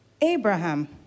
Abraham